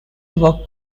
were